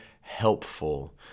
helpful